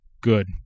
Good